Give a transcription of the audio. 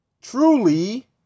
truly